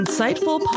Insightful